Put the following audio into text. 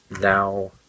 now